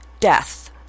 Death